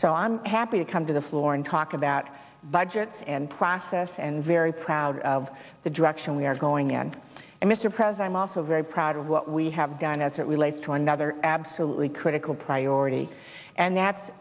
so i'm happy to come to the floor and talk about budgets and process and very proud of the direction we are going in and mr pres i'm also very proud of what we have done as it relates to and absolutely critical priority and that's